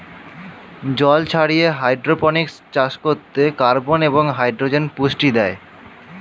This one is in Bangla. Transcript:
জল ছাড়িয়ে হাইড্রোপনিক্স চাষ করতে কার্বন এবং হাইড্রোজেন পুষ্টি দেয়